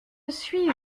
suis